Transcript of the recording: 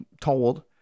told